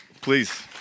Please